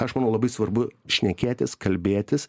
aš manau labai svarbu šnekėtis kalbėtis